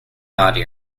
naughty